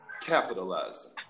capitalizing